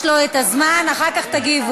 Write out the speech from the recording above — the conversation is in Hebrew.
יש לו את הזמן, אחר כך תגיבו.